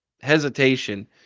hesitation